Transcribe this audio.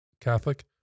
Catholic